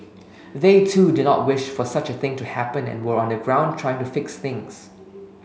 they too do not wish for such a thing to happen and were on the ground trying to fix things